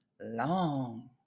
long